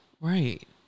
Right